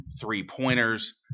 three-pointers